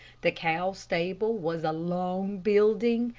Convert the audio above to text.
the cow stable was a long building,